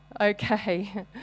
Okay